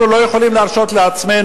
אנחנו לא יכולים להרשות לעצמנו,